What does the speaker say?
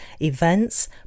events